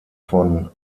von